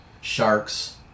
sharks